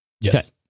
Yes